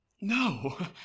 No